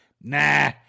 Nah